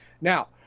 Now